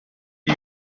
you